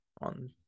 on